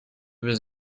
was